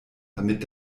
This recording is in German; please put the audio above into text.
damit